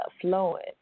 flowing